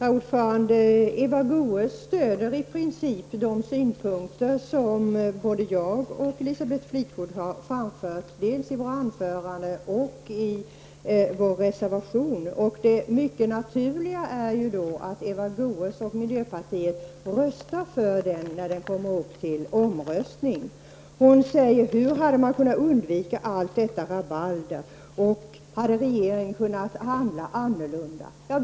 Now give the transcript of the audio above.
Herr talman! Eva Goés stöder i princip de synpunkter som både jag och Elisabeth Fleetwood har framfört, dels i våra anföranden, dels i vår reservation. Det naturliga vore att Eva Goös och miljöpartiet röstar på denna reservation vid voteringen. Eva Goés frågade hur allt detta rabalder hade kunnat undvikas och om regeringen hade kunnat handla på ett annat sätt.